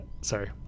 sorry